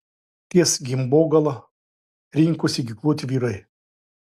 ties gimbogala rinkosi ginkluoti vyrai